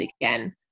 again